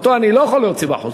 אותו אני לא יכול להוציא בחוץ,